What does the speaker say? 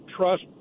trust